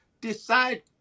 Decide